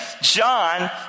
John